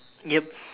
yup